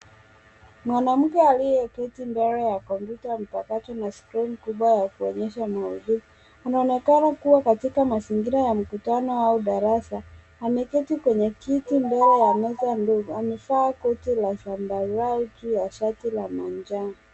Mwanamke aliyeketi mbele ya kompyuta mpakato na screen kubwa ya kuonyesha maudhui anaonekana kuwa katika mazingira ya mkutano au darasa. Ameketi kwenye kiti mbele ya meza ndefu. Amevaa koti la zambarau juu ya shati la manjano.